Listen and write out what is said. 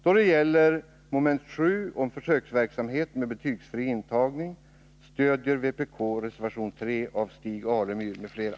Då det gäller mom. 7 om försöksverksamhet med betygsfri intagning stödjer vpk reservation 3 av Stig Alemyr m.fl.